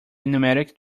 pneumatic